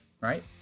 right